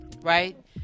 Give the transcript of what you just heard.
right